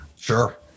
Sure